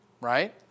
Right